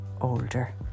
older